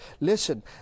listen